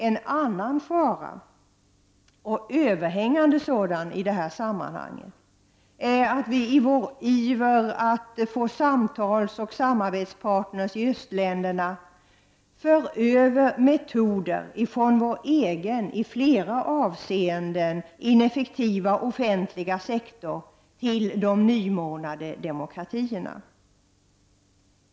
En annan överhängande fara i detta sammanhang är att vi i vår iver att få samtalsoch samarbetspartners i östländerna för över metoder från vår egen i flera avseenden ineffektiva offentliga sektor till de nymornade demokratierna.